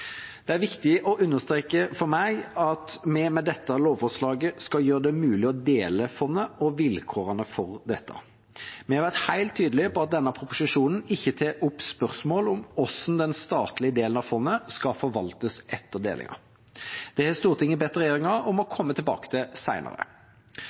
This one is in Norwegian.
Det er viktig for meg å understreke at vi med dette lovforslaget skal gjøre det mulig å dele fondet og vilkårene for det. Vi har vært helt tydelige på at denne proposisjonen ikke tar opp spørsmål om hvordan den statlige delen av fondet skal forvaltes etter delinga. Det har Stortinget bedt regjeringa om å